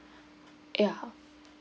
yeah